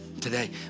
today